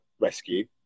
rescue